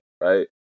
right